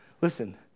Listen